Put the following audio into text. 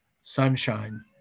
sunshine